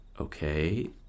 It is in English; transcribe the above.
Okay